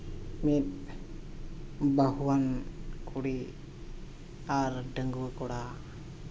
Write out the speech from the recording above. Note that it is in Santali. ᱢᱤᱫ ᱵᱟᱹᱦᱩᱣᱟᱱ ᱠᱩᱲᱤ ᱟᱨ ᱰᱟᱺᱜᱩᱣᱟᱹ ᱠᱚᱲᱟ